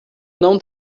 não